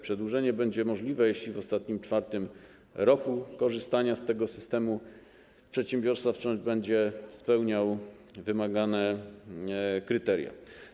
Przedłużenie będzie możliwe, jeśli w ostatnim - czwartym - roku korzystania z tego systemu przedsiębiorca wciąż będzie spełniał wymagane kryteria.